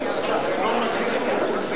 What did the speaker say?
אבל זה לא מזיז כהוא-זה